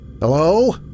Hello